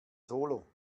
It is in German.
solo